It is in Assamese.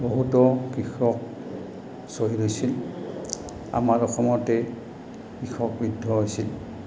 বহুতো কৃষক শ্বহীদ হৈছিল আমাৰ অসমতে কৃষক হৈছিল